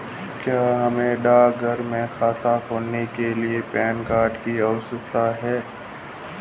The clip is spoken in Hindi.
क्या हमें डाकघर में खाता खोलने के लिए पैन कार्ड की आवश्यकता है?